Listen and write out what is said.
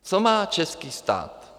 Co má český stát?